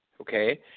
okay